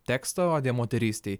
tekstą odė moterystei